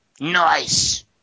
nice